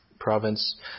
province